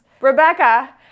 Rebecca